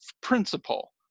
principle